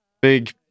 Big